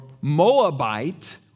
Moabite